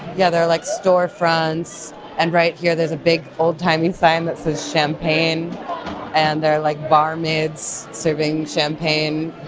yeah there are like store fronts and right here there's a big old timey sign that says champagne and there are like barmaids serving champagne.